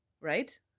Right